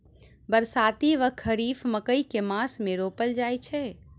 बरसाती वा खरीफ मकई केँ मास मे रोपल जाय छैय?